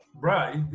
Right